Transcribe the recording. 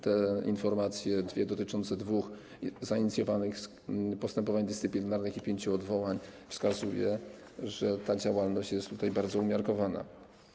Te dwie informacje dotyczące dwóch zainicjowanych postępowań dyscyplinarnych i pięciu odwołań wskazują, że ta działalność jest bardzo umiarkowana.